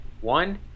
One